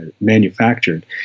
manufactured